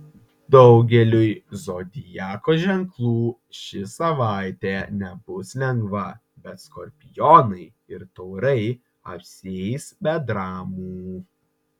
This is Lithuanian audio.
daugeliui zodiako ženklų ši savaitė nebus lengva bet skorpionai ir taurai apsieis be dramų